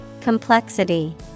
Complexity